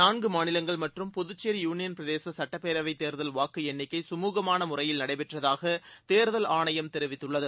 நான்கு மாநிலங்கள் மற்றும் புதுச்சேரி யூளியள் பிரதேச சுட்டப்பேரவைத் தேர்தல் வாக்கு எண்ணிக்கை சுமூகமான முறையில் நடைபெற்றதாக தேர்தல் ஆணையம் தெரிவித்துள்ளது